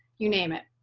you name it.